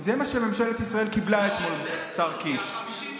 זה מה שממשלת ישראל קיבלה אתמול, השר קיש.